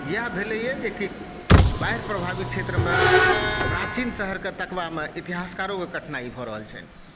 इएह भेलए जेकि बाढ़ि प्रभावित क्षेत्रमे प्राचीन शहरकेँ तकबामे इतिहासकारोकेँ कठिनाइ भऽ रहल छनि